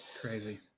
Crazy